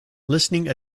listening